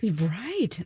Right